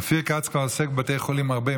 אופיר כץ עוסק בבתי חולים הרבה,